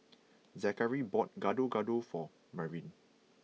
Zakary bought Gado Gado for Marian